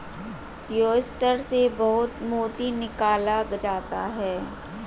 oyster से बहुत मोती निकाला जाता है